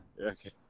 Okay